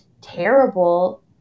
terrible